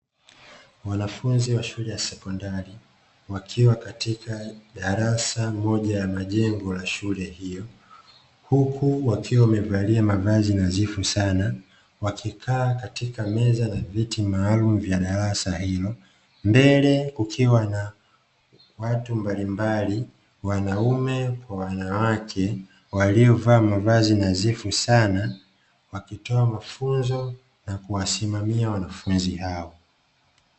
Wanafunzi wa shule ya sekondari wakiwa katika darasa moja ya majengo la shule hiyo, huku wakiwa wamevalia mavazi nadhifu sana, wakikaa katika meza na viti maalum vya darasa hilo, mbele kukiwa na watu mbalimbali wanaume kwa wanawake waliovaa mavazi nadhifu sana, wakitoa mafunzo na kuwasimamia wanafunzi hao.